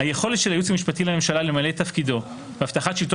היכולת של הייעוץ המשפטי לממשלה למלא את תפקידו בהבטחת שלטון